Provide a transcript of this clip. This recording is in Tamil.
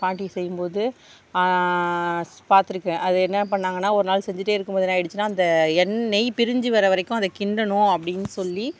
பாட்டி செய்யும்போது பார்த்ருக்கன் அது என்ன பண்ணாங்கன்னா ஒரு நாள் செஞ்சிகிட்டே இருக்கும்போது என்ன ஆயிடுச்சின்னா அந்த எண் நெய் பிரிஞ்சி வர வரைக்கும் அதை கிண்டணும் அப்படின் சொல்லி